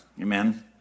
Amen